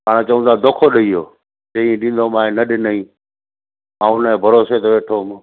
पाणि चऊं था दोखो ॾेई वियो ते ॾींदोमांइ न ॾिनई मां हुन जे भरोसे ते वेठो हुअमि